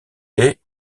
les